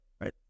right